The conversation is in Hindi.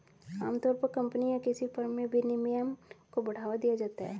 आमतौर पर कम्पनी या किसी फर्म में विनियमन को बढ़ावा दिया जाता है